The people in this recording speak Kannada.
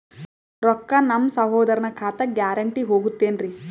ರೊಕ್ಕ ನಮ್ಮಸಹೋದರನ ಖಾತಕ್ಕ ಗ್ಯಾರಂಟಿ ಹೊಗುತೇನ್ರಿ?